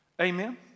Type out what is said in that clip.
Amen